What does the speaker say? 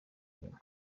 inyuma